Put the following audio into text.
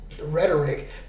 rhetoric